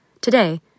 Today